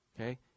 Okay